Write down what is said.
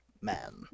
man